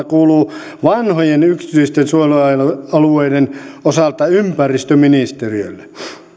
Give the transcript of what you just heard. kuuluu vanhojen yksityisten suojelualueiden osalta ympäristöministeriölle